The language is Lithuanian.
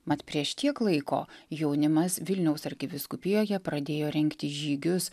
mat prieš tiek laiko jaunimas vilniaus arkivyskupijoje pradėjo rengti žygius